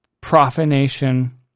profanation